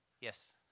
yes